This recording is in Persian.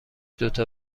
دوتا